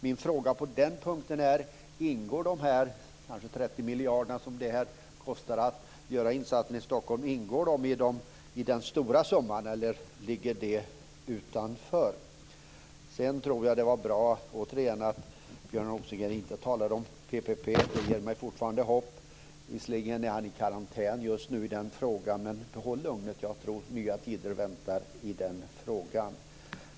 Min fråga på den punkten är: Ingår de kanske 30 miljarder som det kostar att göra den här insatsen i Stockholm i den stora summan, eller ligger de utanför? Sedan tror jag att det var bra, återigen, att Björn Rosengren inte talade om PPP. Det ger mig fortfarande hopp. Visserligen är han i karantän just nu i fråga om detta, men behåll lugnet! Jag tror att nya tider väntar i den frågan.